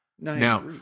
Now